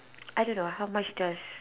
I don't know how much does